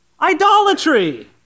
Idolatry